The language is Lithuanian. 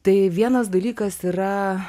tai vienas dalykas yra